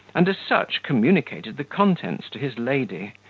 and as such communicated the contents to his lady,